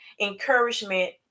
encouragement